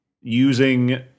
using